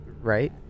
Right